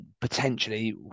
potentially